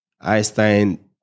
Einstein